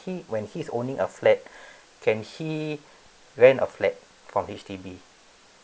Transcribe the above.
she when she's owning a flat can she rent a flat from H_D_B